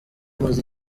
amaze